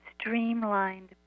streamlined